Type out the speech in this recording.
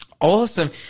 Awesome